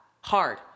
Hard